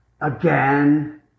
again